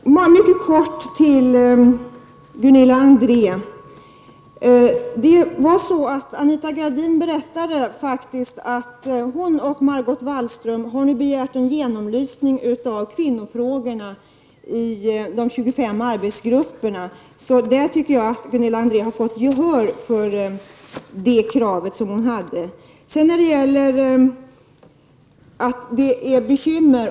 Fru talman! Mycket kort till Gunilla André. Anita Gradin har faktiskt berättat att hon och Margot Wallström har begärt en genomlysning av kvinnofrågorna i de 25 arbetsgrupperna. Därför tycker jag att Gunilla André har fått gehör för sitt krav. Sedan sades det att det blir bekymmer.